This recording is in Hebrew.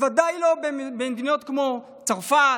בוודאי לא במדינות כמו צרפת,